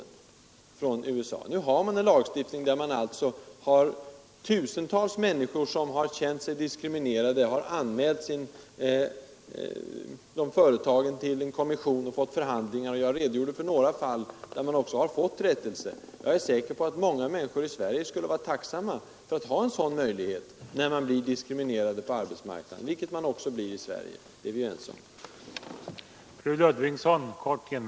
Nu har man i USA en lagstiftning — tusentals människor som känt sig diskriminerade har anmält företagen till en kommission och fört förhandlingar — jag redogjorde för några fall där man också fått rättelse. Jag är säker på att många människor i Sverige skulle vara tacksamma för att ha en sådan möjlighet när de blir diskriminerade på arbetsmarknaden, vilket man blir också i Sverige — det är vi ju ense om.